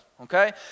Okay